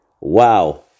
Wow